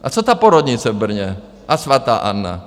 A co ta porodnice v Brně a Svatá Anna?